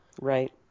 Right